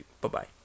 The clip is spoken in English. Bye-bye